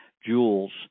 jewels